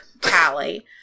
tally